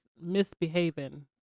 misbehaving